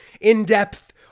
in-depth